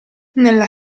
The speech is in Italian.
nella